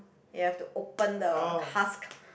you have to open the husk